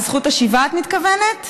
לזכות השיבה את מתכוונת?